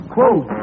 Quote